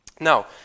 Now